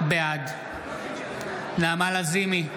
בעד נעמה לזימי,